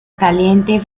caliente